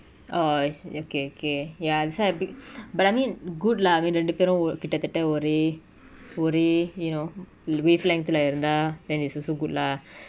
oh is okay okay ya that's why I pick but I mean good lah I mean ரெண்டுபேரு:renduperu oh கிட்டத்தட்ட ஒரே ஒரே:kittathatta ore ore you know wavelength lah இருந்தா:iruntha than is also good lah